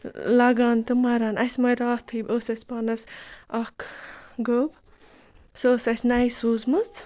لَگان تہٕ مَران اَسہِ موٚیہِ راتھٕے ٲس اَسہِ پانَس اَکھ گٔب سُہ ٲس اَسہِ نَیہِ سوٗزمٕژ